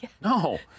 No